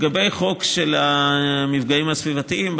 לגבי החוק של המפגעים הסביבתיים,